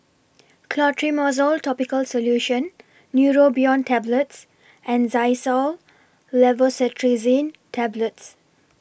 Clotrimozole Topical Solution Neurobion Tablets and Xyzal Levocetirizine Tablets